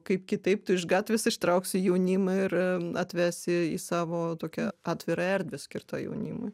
kaip kitaip tu iš gatvės ištrauksi jaunimą ir atvesi į savo tokią atvirą erdvę skirtą jaunimui